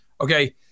Okay